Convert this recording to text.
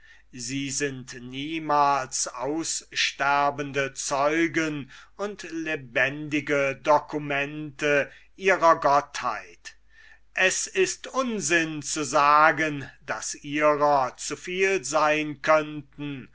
sie sind niemals aussterbende zeugen und lebendige documente ihrer gottheit es ist unsinn zu sagen daß ihrer zu viel sein könnten